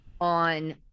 on